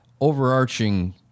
overarching